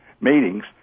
meetings